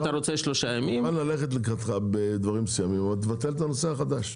אני מוכן ללכת לקראתך בדברים מסוימים אבל תבטל את הנושא החדש.